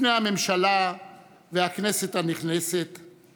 עליכם לעשות כל שבידכם כדי לממש את המדיניות שבשמה הגעתם לכאן,